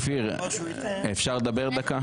אופיר, אפשר לדבר דקה?